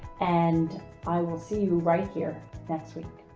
and i will see you right here next week.